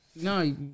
No